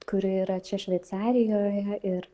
kuri yra čia šveicarijoje ir